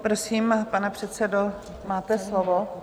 Prosím, pane předsedo, máte slovo.